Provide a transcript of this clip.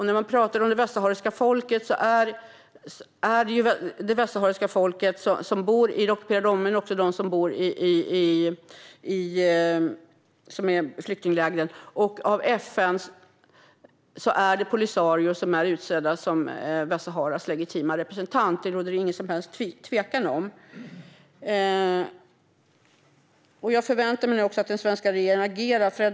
När man pratar om det västsahariska folket handlar det om dem som bor i det ockuperade området men också om dem som bor i flyktinglägren, och det är Polisario som är utsedda av FN som Västsaharas legitima representant. Det råder det ingen som helst tvekan om. Jag förväntar mig att den svenska regeringen agerar.